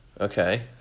Okay